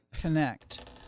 connect